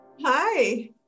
Hi